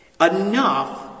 enough